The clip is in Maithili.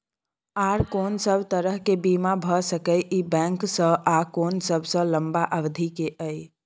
आर कोन सब तरह के बीमा भ सके इ बैंक स आ कोन सबसे लंबा अवधि के ये?